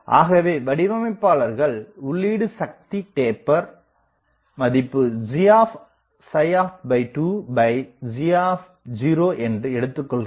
ஆகவே வடிவமைப்பாளர்கள் உள்ளீடு சக்தி டேப்பர் மதிப்பை ggஎன்று எடுத்துக்கொள்கின்றனர்